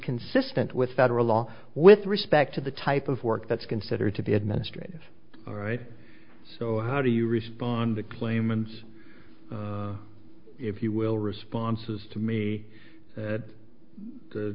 consistent with federal law with respect to the type of work that's considered to be administrative all right so how do you respond to claimants if you will responses to me